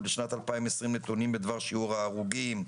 בשנת 2020 נתונים בדבר שיעור ההרוגים,